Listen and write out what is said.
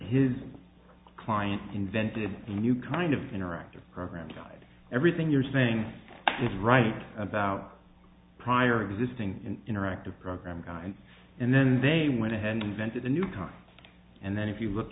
his client invented a new kind of interactive program guide everything you're saying is right about prior existing interactive program guide and then they went ahead and vented a new car and then if you look